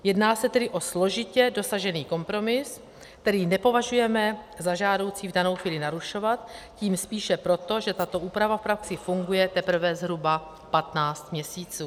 Jedná se tedy o složitě dosažený kompromis, který nepovažujeme za žádoucí v danou chvíli narušovat, tím spíše proto, že tato úprava v praxi funguje teprve zhruba 15 měsíců.